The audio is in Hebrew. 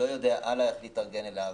שלא יודע איך להתארגן אליו,